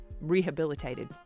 rehabilitated